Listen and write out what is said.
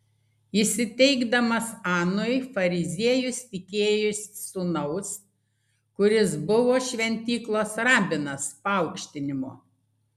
įsiteikdamas anui fariziejus tikėjosi sūnaus kuris buvo šventyklos rabinas paaukštinimo